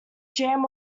jam